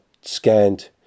scanned